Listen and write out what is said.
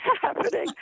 happening